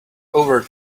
over